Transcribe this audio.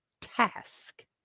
task